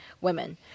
women